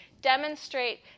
demonstrate